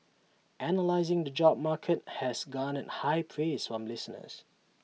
analysing the job market has garnered high praise from listeners